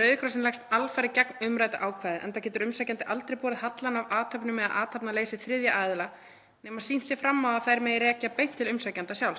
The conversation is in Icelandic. Rauði krossinn leggst alfarið gegn umræddu ákvæði enda getur umsækjandi aldrei borið hallann af athöfnum eða athafnaleysi þriðja aðila nema sýnt sé fram á að þær megi rekja beint til umsækjanda.